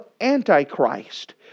Antichrist